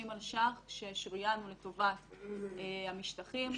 50 מיליון שקלים ששריינו לטובת המשטחים.